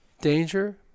Danger